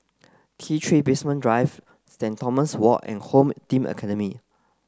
T three Basement Drive Saint Thomas Walk and Home Team Academy